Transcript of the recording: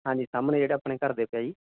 ਹਾਂਜੀ ਸਾਹਮਣੇ ਜਿਹੜਾ ਆਪਣੇ ਘਰ ਦੇ ਪਿਆ ਜੀ